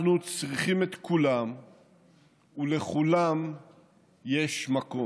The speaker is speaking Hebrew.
אנחנו צריכים את כולם ולכולם יש מקום.